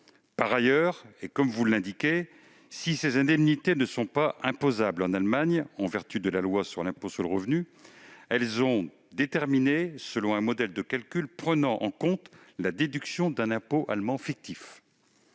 Par ailleurs, comme vous l'indiquez, si ces indemnités ne sont pas imposables en Allemagne en vertu de la loi sur l'impôt sur le revenu, elles sont déterminées selon un mode de calcul prenant en compte la déduction d'un impôt allemand fictif.